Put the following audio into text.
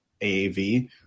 AAV